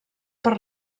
per